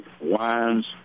wines